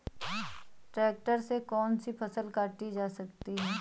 Tractor से कौन सी फसल काटी जा सकती हैं?